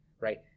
right